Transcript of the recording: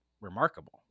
remarkable